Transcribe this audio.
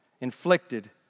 inflicted